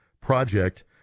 Project